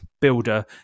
builder